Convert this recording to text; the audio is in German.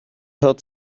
hört